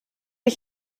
ich